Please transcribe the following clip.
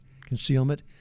concealment